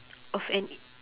of an